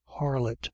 harlot